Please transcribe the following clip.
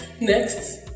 Next